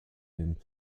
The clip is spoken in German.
den